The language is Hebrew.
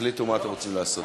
תחליטו מה אתם רוצים לעשות.